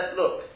look